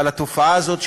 אבל התופעה הזאת,